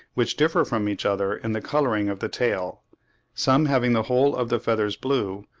which differ from each other in the colouring of the tail some having the whole of the feathers blue,